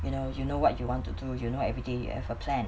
you know you know what you want to do you know everyday you have a plan